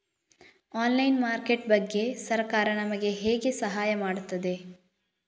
Online market ಬಗ್ಗೆ ಸರಕಾರ ನಮಗೆ ಸಹಾಯ ಮಾಡುತ್ತದೆ?